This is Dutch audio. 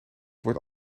wordt